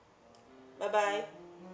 bye bye